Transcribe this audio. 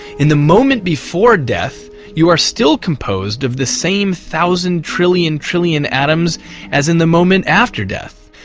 in the moment before death you are still composed of the same thousand trillion, trillion atoms as in the moment after death.